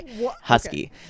Husky